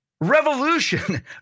Revolution